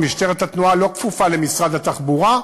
ומשטרת התנועה לא כפופה למשרד התחבורה,